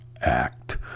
act